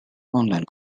online